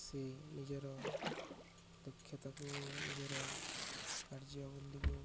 ସେ ନିଜର ଦକ୍ଷତାକୁ ନିଜର କାର୍ଯ୍ୟ ବୋଲିକୁ